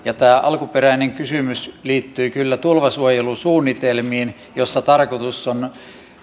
tämä alkuperäinen kysymys liittyi kyllä tulvasuojelusuunnitelmiin joissa tarkoitus on